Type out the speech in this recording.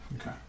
Okay